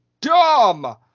dumb